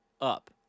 up